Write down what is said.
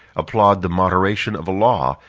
applaud the moderation of a law,